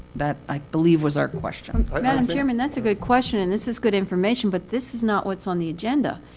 that, i believe, was our question. madam chairman, that's a good question. and this is good information. but this is not what's on the agenda.